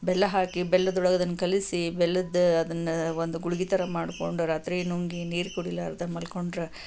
ಬೆಲ್ಲ ಹಾಕಿ ಬೆಲ್ಲದೊಳಗದನ್ನು ಕಲಸಿ ಬೆಲ್ಲದ್ದು ಅದನ್ನು ಒಂದು ಗುಳಿಗೆ ಥರ ಮಾಡಿಕೊಂಡು ರಾತ್ರಿ ನುಂಗಿ ನೀರು ಕುಡೀಲಾರದೆ ಮಲ್ಕೊಂಡ್ರೆ